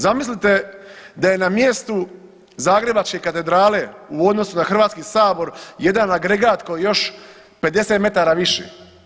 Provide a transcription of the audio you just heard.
Zamislite da je na mjestu zagrebačke katedrale u odnosu na Hrvatski sabor jedan agregat koji je još 50 metara više.